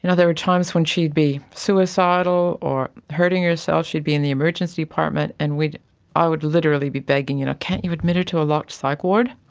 and there were times when she'd be suicidal or hurting herself, she'd be in the emergency department and i would literally be begging, you know, can't you admit her to a locked psych ward?